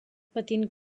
patint